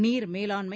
நீர் மேலாண்மை